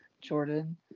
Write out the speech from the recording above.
Jordan